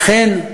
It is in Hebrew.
אכן,